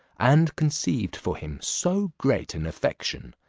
and conceived for him so great an affection,